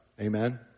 Amen